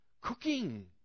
Cooking